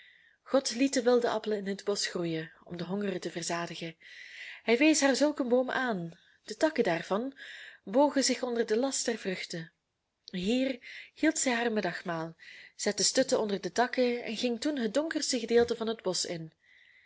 de wilde appelen in het bosch groeien om de hongerigen te verzadigen hij wees haar zulk een boom aan de takken daarvan bogen zich onder den last der vruchten hier hield zij haar middagmaal zette stutten onder de takken en ging toen het donkerste gedeelte van het bosch in